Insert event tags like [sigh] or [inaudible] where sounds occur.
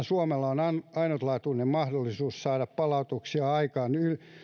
[unintelligible] suomella on ainutlaatuinen mahdollisuus saada palautuksista aikaan